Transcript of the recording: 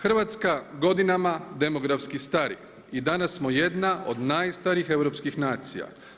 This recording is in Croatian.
Hrvatska godinama demografski stari i danas smo jedna od najstarijih europskih nacija.